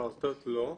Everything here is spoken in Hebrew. פעוטות לא,